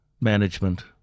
Management